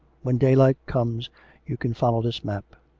when daylight comes you can follow this map.